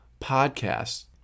Podcasts